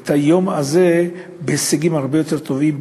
את היום הזה בהישגים הרבה יותר טובים,